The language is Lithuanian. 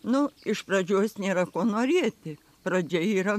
nu iš pradžios nėra ko norėti pradžia yra